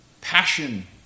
passion